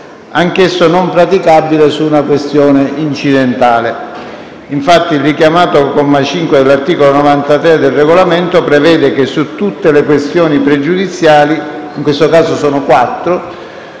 anch'esso non praticabile su una questione incidentale. Infatti, il richiamato comma 5 dell'articolo 93 del Regolamento prevede che su tutte le questioni pregiudiziali - in questo caso quattro